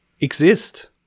exist